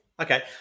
Okay